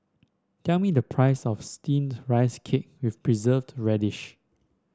tell me the price of steamed Rice Cake with Preserved Radish